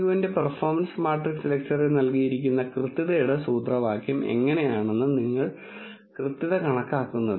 രഘുവിന്റെ performance matrix ലെക്ച്ചറിൽ നൽകിയിരിക്കുന്ന കൃത്യതയുടെ സൂത്രവാക്യം എങ്ങനെയാണ് നിങ്ങൾ കൃത്യത കണക്കാക്കുന്നത്